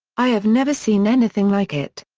i have never seen anything like it.